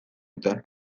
dute